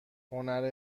هنر